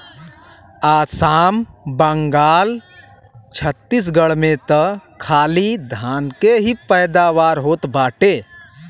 आसाम, बंगाल आउर छतीसगढ़ में त खाली धान के ही पैदावार होत बाटे